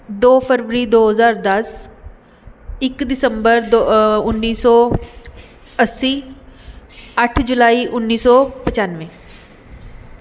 ਦੋ ਫਰਵਰੀ ਦੋ ਹਜ਼ਾਰ ਦਸ ਇੱਕ ਦਸੰਬਰ ਦ ਉੱਨੀ ਸੌ ਅੱਸੀ ਅੱਠ ਜੁਲਾਈ ਉੱਨੀ ਸੌ ਪਚਾਨਵੇਂ